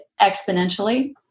exponentially